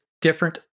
different